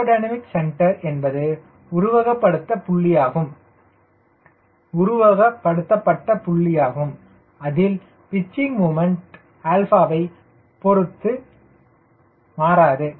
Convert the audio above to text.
aerodynamic centre என்பது உருவகப்படுத்தப்பட்ட புள்ளியாகும் அதில் பிச்சிங் முமண்ட் 𝛼 வை பொருத்து மாறாது